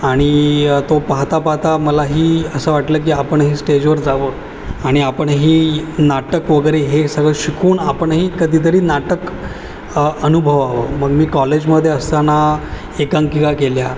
आणि तो पाहता पाहता मलाही असं वाटलं की आपणही स्टेजवर जावं आणि आपणही नाटक वगैरे हे सगळं शिकून आपणही कधीतरी नाटक अनुभवावं मग मी कॉलेजमध्ये असताना एकांकिका केल्या